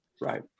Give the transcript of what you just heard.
Right